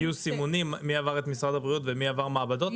יהיו סימונים מי עבר את משרד הבריאות ומי עבר מעבדות?